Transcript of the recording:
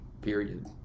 period